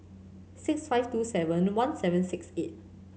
six five two seven one seven six eight